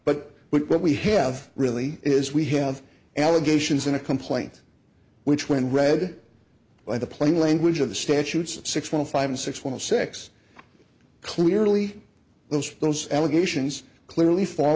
case but what we have really is we have allegations in a complaint which when read by the plain language of the statutes six one five six one six clearly those those allegations clearly fall